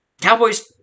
Cowboys